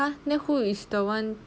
!huh! then who is the one